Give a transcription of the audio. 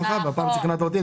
אך הפעם שכנעת אותי,